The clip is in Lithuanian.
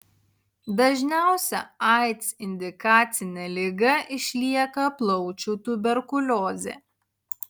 dažniausia aids indikacinė liga išlieka plaučių tuberkuliozė